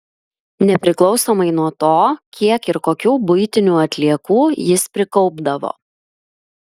nepriklausomai nuo to kiek ir kokių buitinių atliekų jis prikaupdavo